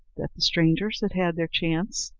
the strangers had had their chance,